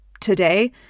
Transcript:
today